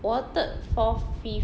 我的 third fourth fifth